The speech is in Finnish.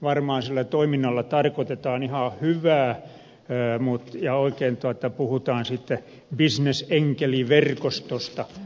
varmaan sillä toiminnalla tarkoitetaan ihan hyvää ja oikein puhutaan bisnesenkeliverkostosta